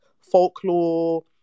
folklore